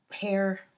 hair